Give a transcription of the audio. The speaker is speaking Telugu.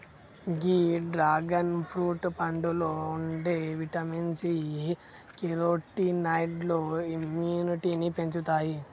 గీ డ్రాగన్ ఫ్రూట్ పండులో ఉండే విటమిన్ సి, కెరోటినాయిడ్లు ఇమ్యునిటీని పెంచుతాయి